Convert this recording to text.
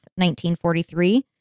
1943